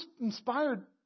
inspired